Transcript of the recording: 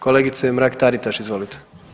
Kolegice Mrak-Taritaš, izvolite.